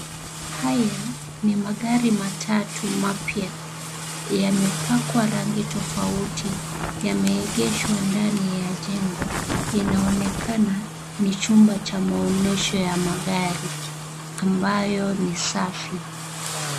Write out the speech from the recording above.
Haya ni magari matatu mapya. Yamepakwa rangi tofauti. Yameegeshwa ndani ya jengo. Inaoneka ni chumba cha maonyesho ya magari, ambayo ni safi.